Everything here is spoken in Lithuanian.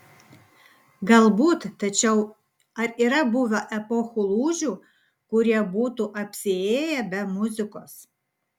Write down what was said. galbūt tačiau ar yra buvę epochų lūžių kurie būtų apsiėję be muzikos